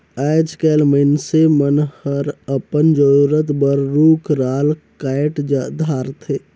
आयज कायल मइनसे मन हर अपन जरूरत बर रुख राल कायट धारथे